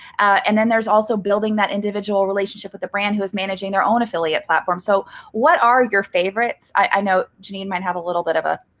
and then, there's also building that individual relationship with the brand who managing their own affiliate platform. so what are your favorites? i know jeannine might have a little bit of a